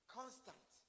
constant